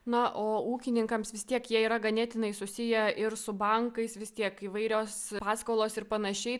na o ūkininkams vis tiek jie yra ganėtinai susiję ir su bankais vis tiek įvairios paskolos ir panašiai